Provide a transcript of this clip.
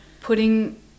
putting